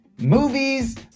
Movies